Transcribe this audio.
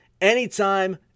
anytime